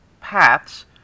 paths